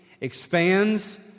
expands